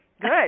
Good